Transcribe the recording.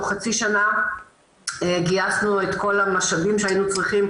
תוך חצי שנה גייסנו את כל המשאבים שהיינו צריכים,